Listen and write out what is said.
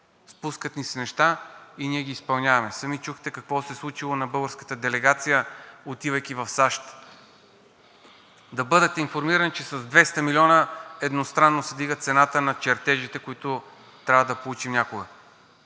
Спускат ни се неща и ние ги изпълняваме. Сами чухте какво се е случило на българската делегация, отивайки в САЩ – да бъдат информирани, че с 200 милиона едностранно се вдига цената на чертежите, които трябва да получим някога.